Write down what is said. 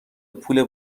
پول